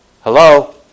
Hello